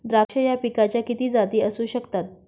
द्राक्ष या पिकाच्या किती जाती असू शकतात?